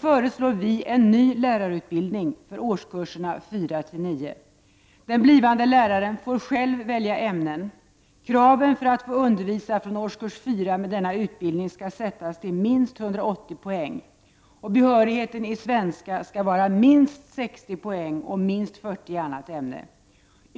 föreslår vi en ny lärarutbildning för årskurserna fyra-nio. Den blivande läraren får själv välja ämnen. Kraven för att få undervisa från årskurs fyra med denna utbildning skall sättas till minst 180 poäng. Behörigheten i svenska skall vara minst 60 poäng och minst 40 i annat ämne.